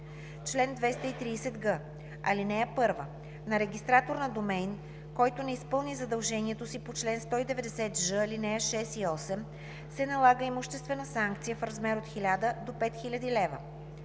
Чл. 230г. (1) На регистратор на домейн, който не изпълни задължението си по чл. 190ж, ал. 6 и 8, се налага имуществена санкция в размер от 1000 до 5000 лв.